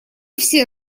все